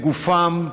בגופם,